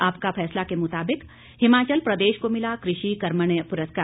आपका फैसला के मुताबिक हिमाचल प्रदेश को मिला कृषि कर्मण्य पुरस्कार